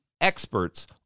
Experts